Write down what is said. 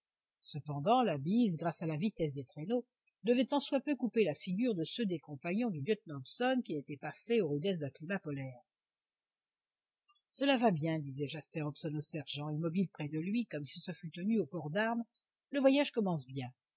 cependant la bise grâce à la vitesse des traîneaux devait tant soit peu couper la figure de ceux des compagnons du lieutenant hobson qui n'étaient pas faits aux rudesses d'un climat polaire cela va bien disait jasper hobson au sergent immobile près de lui comme s'il se fût tenu au port d'armes le voyage commence bien